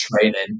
training